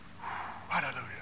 Hallelujah